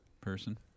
person